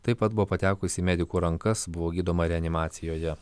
taip pat buvo patekusi į medikų rankas buvo gydoma reanimacijoje